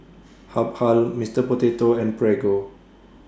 Habhal Mister Potato and Prego